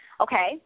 okay